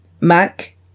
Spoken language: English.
Mac